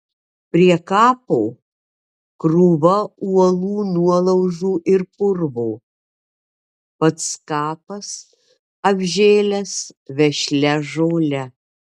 prie kapo krūva uolų nuolaužų ir purvo pats kapas apžėlęs vešlia žole